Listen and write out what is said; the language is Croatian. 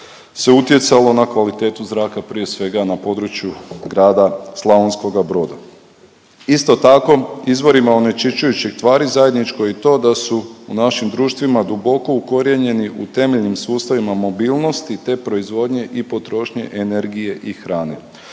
se utjecalo na kvalitetu zraka prije svega na području grada Slavonskoga Broda. Isto tako izvorima onečišćujućih tvari zajedničko je i to da su u našim društvima duboko ukorijenjeni u temeljnim sustavima mobilnosti, te proizvodnje i potrošnje energije i hrane.